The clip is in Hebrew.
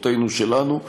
בכוחותינו שלנו,